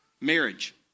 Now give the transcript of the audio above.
marriage